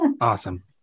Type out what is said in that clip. awesome